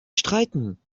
streiten